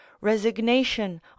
resignation